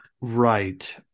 Right